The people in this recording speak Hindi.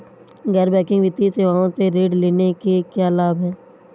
गैर बैंकिंग वित्तीय सेवाओं से ऋण लेने के क्या लाभ हैं?